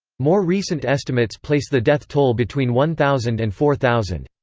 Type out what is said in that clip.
more recent estimates place the death toll between one thousand and four thousand.